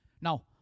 now